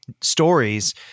stories